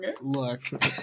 Look